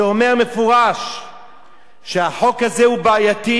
שאומר במפורש שהחוק הזה הוא בעייתי,